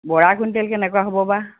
Bora quintal কেনেকুৱা হ'ব বা